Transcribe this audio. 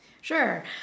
Sure